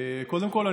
קודם כול,